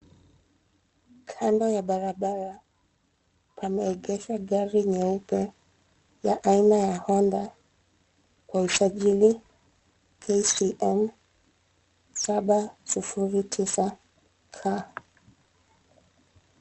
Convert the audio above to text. Kando ya barabara pameegeshwa gari nyeupe ya aina Honda kwa usajili KCN 709 K.